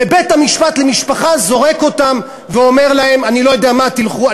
ובית-המשפט לענייני משפחה זורק אותם ואומר להם אני לא יודע מה: תלכו,